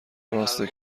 راسته